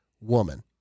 woman